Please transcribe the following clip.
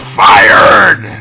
fired